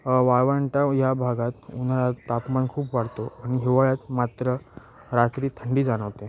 वाळवंट या भागात उन्हाळ्यात तापमान खूप वाढतो आणि हिवाळ्यात मात्र रात्री थंडी जाणवते